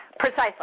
Precisely